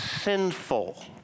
sinful